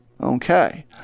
okay